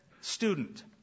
student